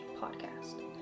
podcast